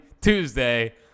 Tuesday